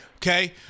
Okay